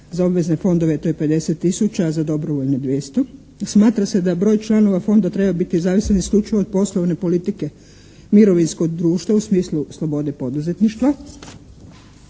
za obvezne fondove to je 50 tisuća, a za dobrovoljne 200. Smatra se da broj članova Fonda treba biti zavisan isključivo od poslovne politike mirovinskog društva u smislu slobode poduzetništva